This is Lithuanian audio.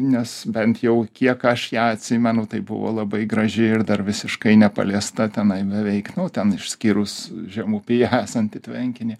nes bent jau kiek aš ją atsimenu tai buvo labai graži ir dar visiškai nepaliesta tenai beveik nu ten išskyrus žemupy esantį tvenkinį